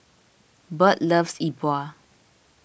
Bird loves E Bua